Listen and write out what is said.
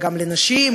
גם לנשים,